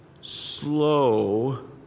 slow